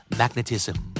magnetism